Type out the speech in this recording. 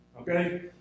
okay